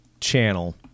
channel